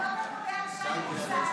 ופשוט אני גם